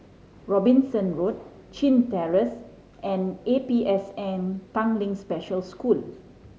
Robinson Road Chin Terrace and A P S N Tanglin Special School